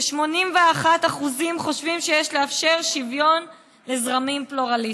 81% חושבים שיש לאפשר שוויון לזרמים פלורליסטיים.